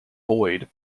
void